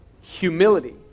humility